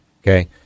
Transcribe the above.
okay